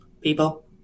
People